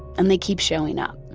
and they keep showing up